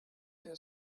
their